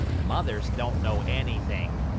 mothers don't know anything,